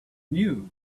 new